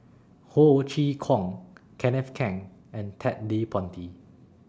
Ho Chee Kong Kenneth Keng and Ted De Ponti